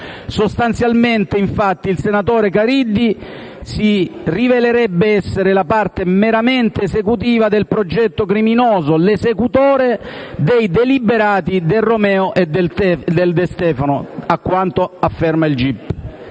Sostanzialmente, infatti, il senatore Caridi si rivelerebbe essere la parte meramente esecutiva del progetto criminoso, l'esecutore dei deliberati del Romeo e del De Stefano, a quanto afferma il gip.